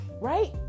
right